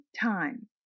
time